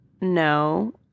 no